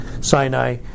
Sinai